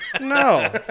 No